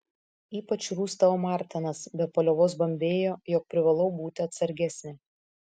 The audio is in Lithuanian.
ypač rūstavo martenas be paliovos bambėjo jog privalau būti atsargesnė